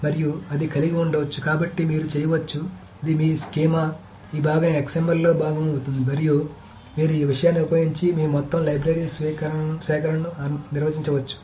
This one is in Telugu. మరియు అది కలిగి ఉండవచ్చు కాబట్టి మీరు చేయవచ్చు ఇది మీ స్కీమా ఈ భాగం XML లో భాగం అవుతుంది మరియు మీరు ఈ విషయాన్ని ఉపయోగించి మీ మొత్తం లైబ్రరీ సేకరణను నిర్వచించవచ్చు